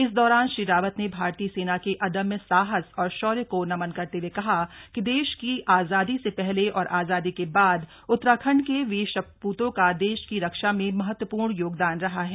इस दौरान श्री रावत ने भारतीय सेना के अदम्य साहस और शौर्य को नमन करते हुए कहा कि देश की आजादी से पहले और आजादी के बाद उत्तराखंड के वीर सपूतों का देश की रक्षा में महत्वपूर्ण योगदान रहा है